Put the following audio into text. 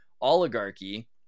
oligarchy